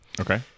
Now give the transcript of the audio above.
okay